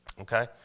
Okay